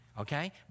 okay